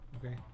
Okay